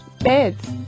beds